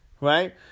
right